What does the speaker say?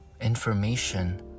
information